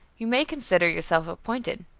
you may consider yourself appointed,